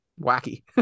wacky